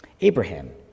Abraham